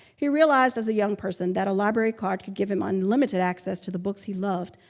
he realized as a young person that a library card could give him unlimited access to the books he loved,